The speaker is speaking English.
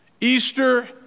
Easter